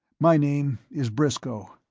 my name is briscoe.